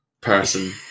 person